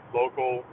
local